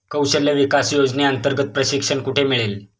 कौशल्य विकास योजनेअंतर्गत प्रशिक्षण कुठे मिळेल?